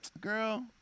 girl